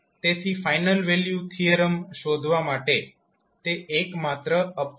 તેથી final value theorem શોધવા માટે તે એકમાત્ર અપવાદ છે